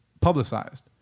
publicized